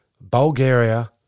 Bulgaria